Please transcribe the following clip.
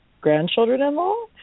grandchildren-in-law